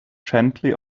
gently